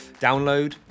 download